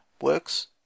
works